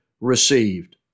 received